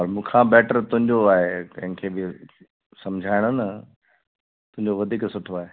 पर मूंखां बेटर तुंहिंजो आहे कंहिंखे बि सम्झायण न तुंहिंजो वधीक सुठो आहे